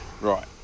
right